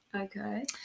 Okay